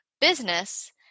business